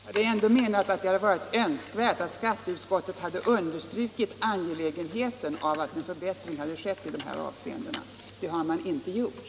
Herr talman! Vi har ändå menat att det hade varit önskvärt att skatteutskottet hade understrukit angelägenheten av att en förbättring sker i dessa avseenden. Det har man inte gjort.